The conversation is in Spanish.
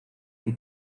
que